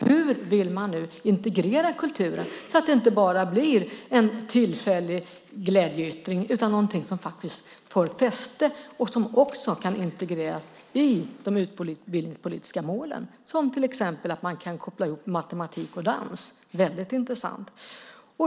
Hur vill man integrera kulturen så att det blir inte bara en tillfällig glädjeyttring utan någonting som får fäste och som kan integreras i de utbildningspolitiska målen? Det är till exempel att man kan koppla ihop matematik och dans - väldigt intressant.